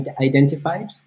identified